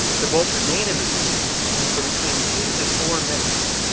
the bolts remain in the zinc for between two to four minutes.